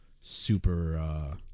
super